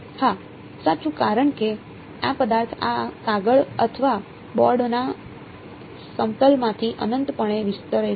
હા સાચું કારણ કે આ પદાર્થ આ કાગળ અથવા બોર્ડના સમતલમાંથી અનંતપણે વિસ્તરે છે